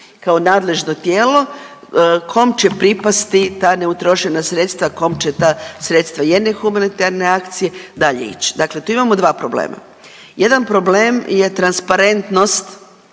kao nadležno tijelo kom će pripasti ta neutrošena sredstva, a kom će ta sredstva jedne humanitarne akcije dalje ići, dakle tu imamo dva problema. Jedan problem je transparentnost